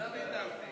לא ויתרתי.